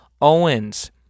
Owens